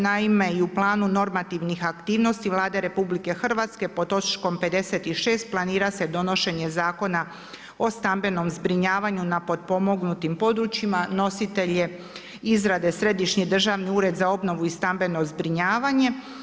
Naime, i u planu normativnih aktivnosti Vlade RH pod točkom 56. planira se donošenje zakona o stambenom zbrinjavanju na potpomognutim područjima, nositelj je izrade Središnji državni ured za obnovu i stambeno zbrinjavanje.